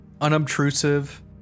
unobtrusive